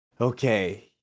okay